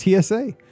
TSA